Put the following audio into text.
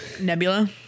Nebula